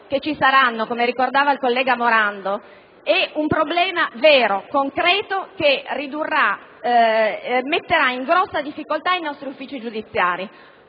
che ci saranno (come ricordava ieri il collega Morando), rappresentano un problema vero e concreto che metterà in grossa difficoltà i nostri uffici giudiziari.